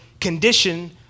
condition